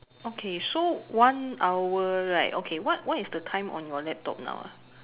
okay so one hour right okay what what is the time on your laptop now ah